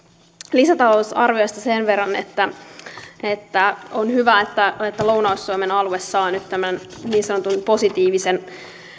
lisätalousarviosta sen verran että että on hyvä että että lounais suomen alue saa nyt tämän niin sanotun positiivisen